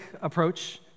approach